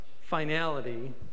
finality